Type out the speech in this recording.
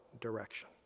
direction